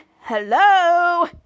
hello